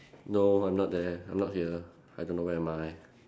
no I'm not there I'm not here I don't know where am I